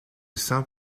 sang